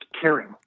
caring